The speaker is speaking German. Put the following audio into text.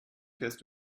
fährst